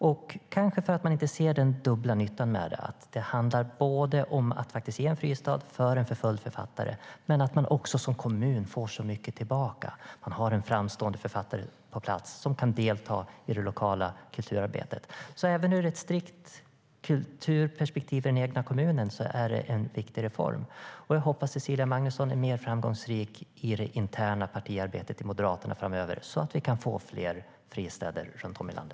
Kanske är det för att man inte ser den dubbla nyttan. Det handlar både om att ge en fristad för en förföljd författare och om att man som kommun får så mycket tillbaka. Det finns en framstående författare på plats som kan delta i det lokala kulturarbetet. Även ur ett strikt kulturperspektiv i den egna kommunen är det en viktig reform. Jag hoppas att Cecilia Magnusson är mer framgångsrik i det interna partiarbetet i Moderaterna framöver så att vi kan få fler fristäder runt om i landet.